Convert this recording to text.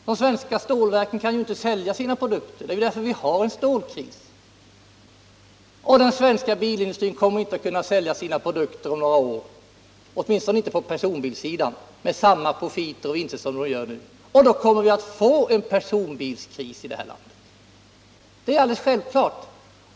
De svenska stålverken kan inte sälja sina produkter — det är därför vi har en stålkris. Den svenska bilindustrin kommer inte att kunna sälja sina produkter om några år, åtminstone inte på personbilssidan, med samma profiter och vinster som den gör nu. Och då kommer vi att få en personbilskris i detta land. Det är alldeles självklart.